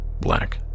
black